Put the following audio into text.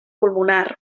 pulmonar